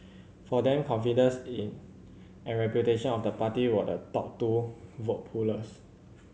for them confidence in and reputation of the party were the top two vote pullers